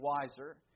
wiser